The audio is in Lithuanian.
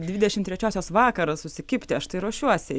dvidešim trečiosios vakarą susikibti aš tai ruošiuosi